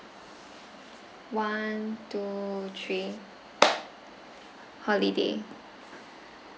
one two three holiday